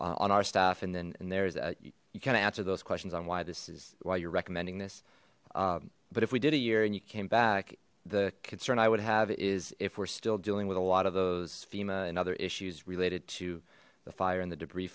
have on our staff and then and there's a you kind of answer those questions on why this is why you're recommending this but if we did a year and you came back the concern i would have is if we're still dealing with a lot of those fema and other issues related to the fire and the debris